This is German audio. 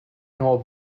nur